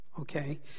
okay